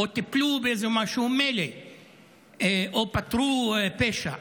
טיפלו באיזה משהו או פתרו פשע,